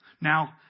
Now